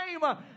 time